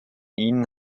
ihnen